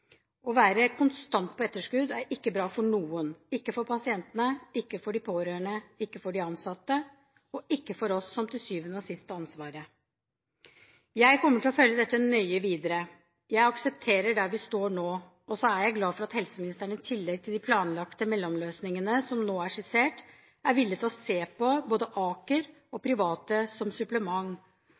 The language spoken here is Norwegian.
Å være konstant på etterskudd er ikke bra for noen, ikke for pasientene, ikke for pårørende, ikke for de ansatte og ikke for oss som til syvende og sist har ansvaret. Jeg kommer til å følge dette nøye videre. Jeg aksepterer der vi står nå, og så er jeg glad for at helseministeren i tillegg til de planlagte mellomløsningene som nå er skissert, er villig til å se på både Aker og private som supplement.